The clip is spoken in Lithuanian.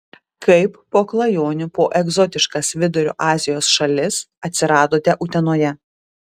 kaip po klajonių po egzotiškas vidurio azijos šalis atsiradote utenoje